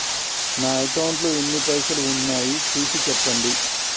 నా అకౌంట్లో ఎన్ని పైసలు ఉన్నాయి చూసి చెప్పండి?